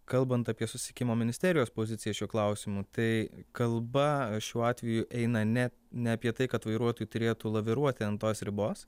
kalbant apie susisiekimo ministerijos poziciją šiuo klausimu tai kalba šiuo atveju eina ne ne apie tai kad vairuotojai turėtų laviruoti ant tos ribos